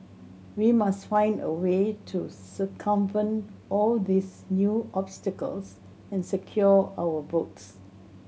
we must find a way to circumvent all these new obstacles and secure our votes